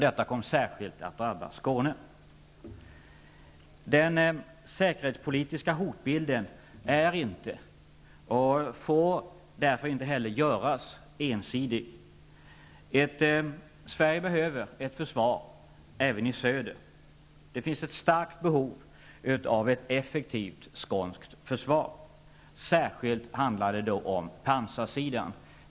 Detta kom särskilt att drabba Den säkerhetspolitiska hotbilden är inte och får därför inte heller göras ensidig. Sverige behöver ett försvar även i söder. Det finns ett starkt behov av ett effektivt skånskt försvar. Särskilt handlar det då om pansarsidan.